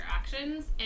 actions